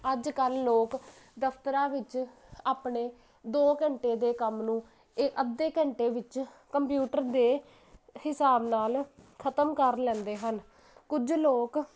ਅੱਜ ਕੱਲ੍ਹ ਲੋਕ ਦਫ਼ਤਰਾਂ ਵਿੱਚ ਆਪਣੇ ਦੋ ਘੰਟੇ ਦੇ ਕੰਮ ਨੂੰ ਇਹ ਅੱਧੇ ਘੰਟੇ ਵਿੱਚ ਕੰਪਿਊਟਰ ਦੇ ਹਿਸਾਬ ਨਾਲ਼ ਖਤਮ ਕਰ ਲੈਂਦੇ ਹਨ ਕੁਝ ਲੋਕ